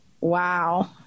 Wow